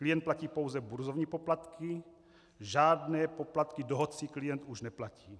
Klient platí pouze burzovní poplatky, žádné poplatky dohodci klient už neplatí.